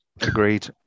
Agreed